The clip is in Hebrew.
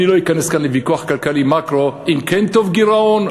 אני לא אכנס כאן לוויכוח מקרו-כלכלי אם כן טוב גירעון,